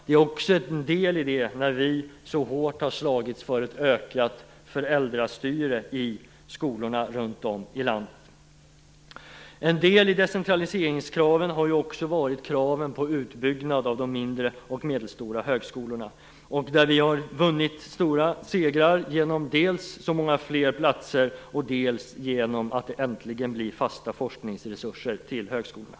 Det är också därför som vi så hårt har slagits för ett ökat föräldrastyre i skolorna runt om i landet. En del i decentraliseringskraven har också varit kraven på utbyggnad av de mindre och medelstora högskolorna, där vi har vunnit stora segrar, dels genom att det blir så många fler platser, dels genom att det äntligen blir fasta forskningsresurser till högskolorna.